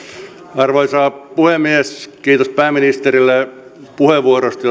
arvoisa puhemies kiitos pääministerille puheenvuorosta